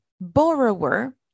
borrower